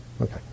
okay